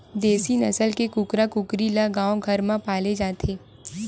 देसी नसल के कुकरा कुकरी ल गाँव घर म पाले जाथे